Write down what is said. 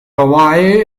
hawaii